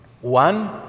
One